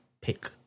pick